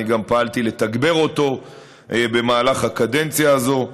אני גם פעלתי לתגבר אותו במהלך הקדנציה הזאת.